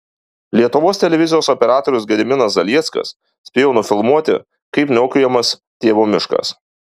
lietuvos televizijos operatorius gediminas zalieckas spėjo nufilmuoti kaip niokojamas tėvo miškas